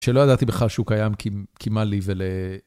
שלא ידעתי בכלל שהוא קיים כי מה לי ול...